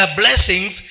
blessings